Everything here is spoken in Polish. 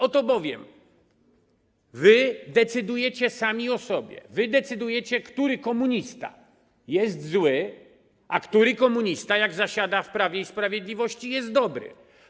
Oto bowiem wy decydujecie sami o sobie, decydujecie, który komunista jest zły, a który komunista, gdy zasiada w Prawie i Sprawiedliwości, jest dobry.